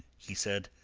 he said,